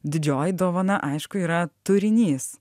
didžioji dovana aišku yra turinys